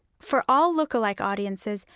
for all lookalike audiences,